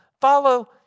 Follow